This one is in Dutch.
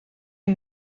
een